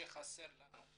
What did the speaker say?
שחסר לנו.